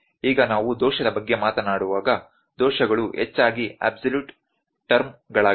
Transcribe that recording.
ಈಗ ನಾವು ದೋಷದ ಬಗ್ಗೆ ಮಾತನಾಡುವಾಗ ದೋಷಗಳು ಹೆಚ್ಚಾಗಿ ಅಬ್ಸಲ್ಯೂಟ್ ಟರ್ಮ್ಗಳಾಗಿವೆ